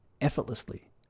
effortlessly